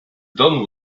done